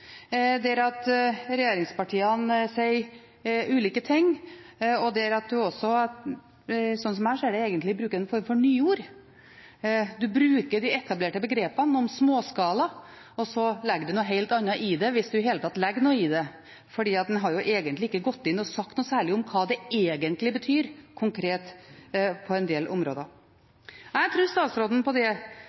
der regjeringspartiene sier ulike ting, og der en også – slik jeg ser det – egentlig bruker en form for nyord. En bruker de etablerte begrepene om småskala, og så legger en noe helt annet i det – hvis en i det hele tatt legger noe i det. En har egentlig ikke gått inn og sagt noe særlig konkret om hva det egentlig betyr på en del områder. Jeg tror statsråden på det